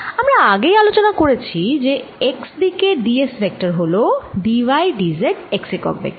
আমরা আগেই আলোচনা করেছি যে x দিকে d s ভেক্টর হল d y d z x একক ভেক্টর